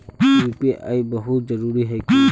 UPI बहुत जरूरी है की?